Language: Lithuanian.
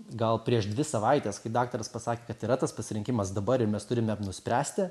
gal prieš dvi savaites kai daktaras pasakė kad yra tas pasirinkimas dabar ir mes turime nuspręsti